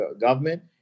government